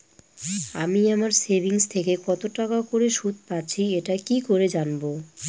আমি আমার সেভিংস থেকে কতটাকা করে সুদ পাচ্ছি এটা কি করে জানব?